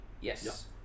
Yes